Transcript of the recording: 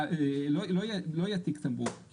לא יהיה תיק תמרוק,